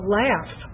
laugh